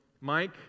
Mike